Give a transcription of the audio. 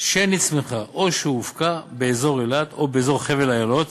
שנצמחה או שהופקה באזור אילת או באזור חבל אילות,